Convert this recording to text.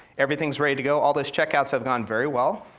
everything's ready to go, all those checkouts have gone very well,